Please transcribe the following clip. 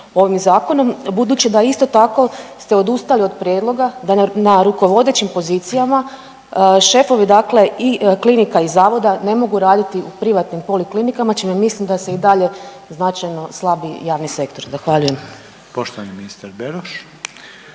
ovim zakonom budući da isto tako ste odustali od prijedloga da na rukovodećim pozicijama šefovi dakle i klinika i zavoda ne mogu raditi u privatnim poliklinikama, čime mislim da se i dalje značajno slabi javni sektor, zahvaljujem. **Reiner, Željko